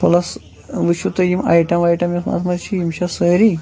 plus وٕچھِو تُہۍ یِم آیٹم وایٹَم یِم اَتھ منٛز چھِ یِم چھےٚ سٲری